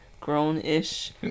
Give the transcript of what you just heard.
Grown-ish